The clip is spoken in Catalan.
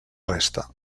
resta